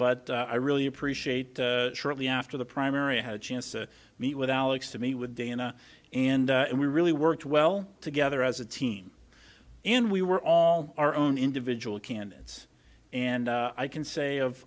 but i really appreciate shortly after the primary i had a chance to meet with alex to meet with dana and we really worked well together as a team and we were all our own individual candidates and i can say of